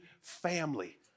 family